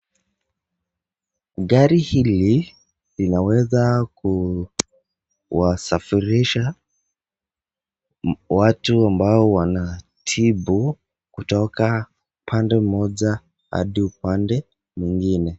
Gari hili linaweza kuwasafirisha watu ambao wanatibu kutoka pande moja hadi upande mwingine.